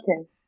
okay